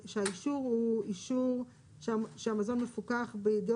שהאישור הוא אישור שהמזון מפוקח בידי